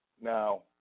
Now